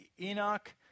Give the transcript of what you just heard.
Enoch